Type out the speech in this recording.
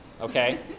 okay